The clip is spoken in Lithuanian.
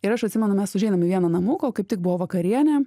ir aš atsimenu mes užeinam į vieną namuką kaip tik buvo vakarienė